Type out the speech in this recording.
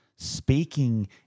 Speaking